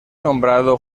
nombrado